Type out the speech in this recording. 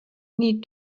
need